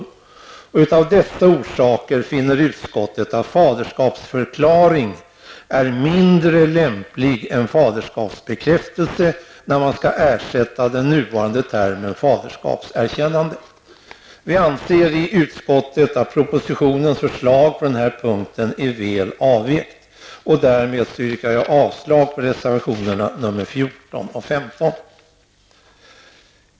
Av dessa orsaker finner utskottet att termen ''faderskapsförklaring'' är mindre lämplig än ''faderskapsbekräftelse'', när man skall ersätta den nuvarande termen ''faderskapserkännande''. Vi anser i utskottet att propositionens förslag på den här punkten är väl avvägt. Därmed yrkar jag avslag på reservationerna 14 och 15.